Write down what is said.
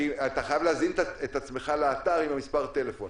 כי אתה חייב להזין את עצמך לאתר עם מס' הטלפון.